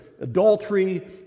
adultery